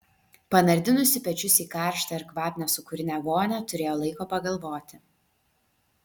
panardinusi pečius į karštą ir kvapnią sūkurinę vonią turėjo laiko pagalvoti